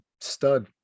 stud